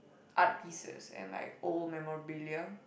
art pieces and like old memorabilia